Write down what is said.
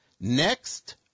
next